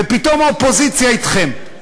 ופתאום האופוזיציה אתכם?